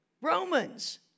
Romans